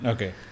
Okay